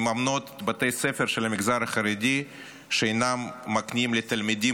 מממנות בתי ספר של המגזר החרדי שאינם מקנים לתלמידים